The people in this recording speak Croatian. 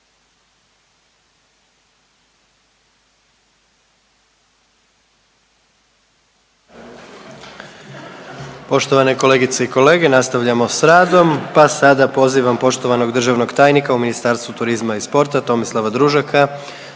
Poštovane kolegice i kolege nastavljamo s radom, pa sada pozivam poštovanog državnog tajnika u Ministarstvu turizma i sporta, Tomislava Družaka